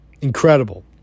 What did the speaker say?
Incredible